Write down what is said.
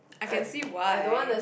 I can see why